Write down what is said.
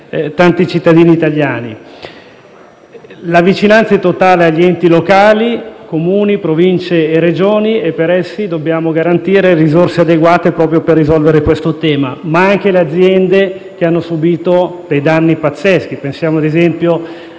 tanti cittadini italiani. La vicinanza è totale agli enti locali: Comuni, Province e Regioni, e per essi dobbiamo garantire risorse adeguate proprio per risolvere questo tema, ma anche alle aziende che hanno subìto danni pazzeschi. Pensiamo, ad esempio,